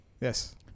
Yes